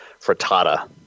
frittata